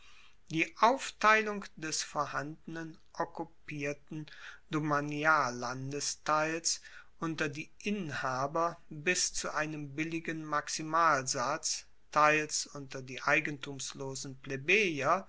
die aufteilung des vorhandenen okkupierten domaniallandesteils unter die inhaber bis zu einem billigen maximalsatz teils unter die